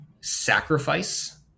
Sacrifice